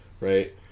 right